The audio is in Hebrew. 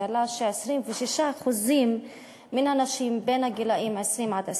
שהעלה ש-26% מן הנשים בגילים 20 24